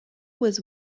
was